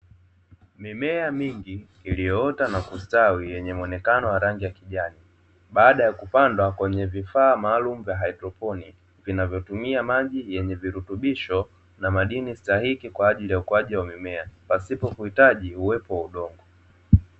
Mimea mingi iliyoota na kustawi, yenye muonekano wa rangi ya kijani. Baada ya kupandwa kwenye vifaa maalumu vya haidroponi, vinavyotumia maji yenye virutubisho na madini stahiki kwa ajili ya ukuaji wa mimea, pasipo kuhitaji uwepo wa udongo.